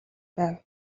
байв